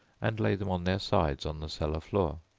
and lay them on their sides on the cellar floor.